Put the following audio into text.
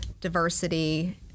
diversity